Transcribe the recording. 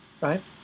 Right